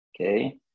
Okay